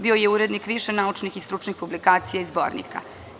Bio je urednik više naučnih i stručnih publikacija i zbornika.